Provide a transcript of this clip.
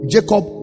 Jacob